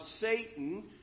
Satan